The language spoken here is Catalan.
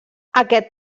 aquest